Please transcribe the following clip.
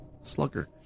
Slugger